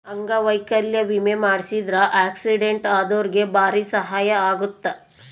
ಅಂಗವೈಕಲ್ಯ ವಿಮೆ ಮಾಡ್ಸಿದ್ರ ಆಕ್ಸಿಡೆಂಟ್ ಅದೊರ್ಗೆ ಬಾರಿ ಸಹಾಯ ಅಗುತ್ತ